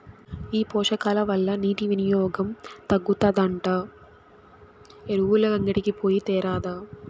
ఈ పోషకాల వల్ల నీటి వినియోగం తగ్గుతాదంట ఎరువులంగడికి పోయి తేరాదా